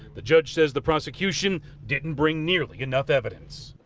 the judge said the prosecution didn't bring nearly enough evidence.